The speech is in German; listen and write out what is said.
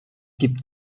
gibt